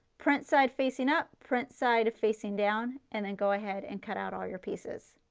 print side facing up, print side facing down and then go ahead and cut out all your pieces.